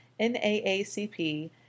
NAACP